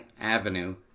Avenue